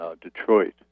Detroit